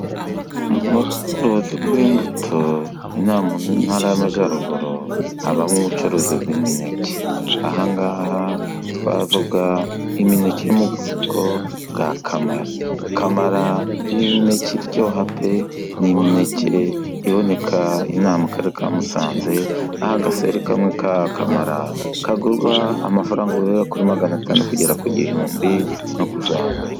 Mu bucuruzi bw'imbuto ino aha mu Ntara y'Amajyaruguru habamo ubucuruzi bw'imineke angaha twavuga imineke yo mu bwoko bwa kamara ,kamara ni imineke iryoha pe! Ni imineke iboneka in'aha mu karere ka Musanze ,aho agaseri kamwe ka kamara kagurwa amafaranga guhera kuri magana atanu kugera ku gihumbi no kuzamura.